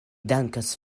dankas